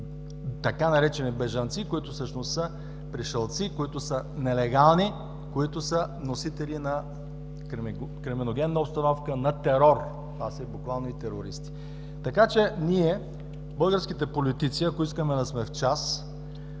така наречени „бежанци“, които всъщност са пришълци, които са нелегални, които са носители на криминогенна обстановка, на терор. Това са буквални терористи. Така че ние, българските политици, ако искаме да сме в час,